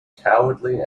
cowardly